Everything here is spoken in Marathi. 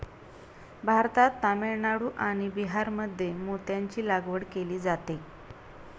भारतात तामिळनाडू आणि बिहारमध्ये मोत्यांची लागवड केली जाते